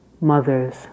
mothers